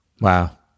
Wow